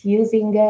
using